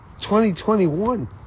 2021